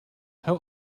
how